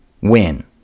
win